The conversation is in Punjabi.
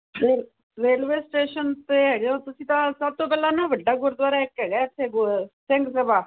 ਇਹ ਰੇਲਵੇ ਸਟੇਸ਼ਨ ਤੇ ਹੈਗੇ ਹੋ ਤੁਸੀਂ ਤਾਂ ਸਭ ਤੋਂ ਪਹਿਲਾਂ ਨਾ ਵੱਡਾ ਗੁਰਦੁਆਰਾ ਇੱਕ ਹੈਗਾ ਇਥੇ ਸਿੰਘ ਸਭਾ